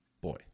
boy